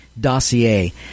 dossier